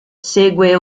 segue